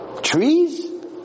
Trees